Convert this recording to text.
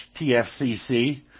TFCC